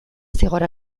zigor